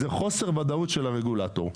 זה חוסר וודאות של הרגולטור.